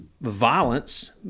violence